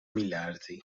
میلرزی